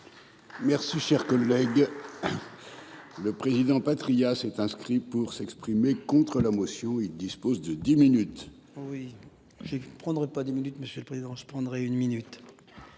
Merci cher collègue. Le président Patriat s'est inscrit pour s'exprimer contre la motion. Il dispose de 10 minutes. Oui j'ai prendrai pas 10 minutes. Monsieur le Président, je prendrai une minute.